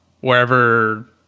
wherever